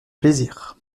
plaisir